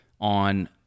on